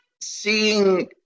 seeing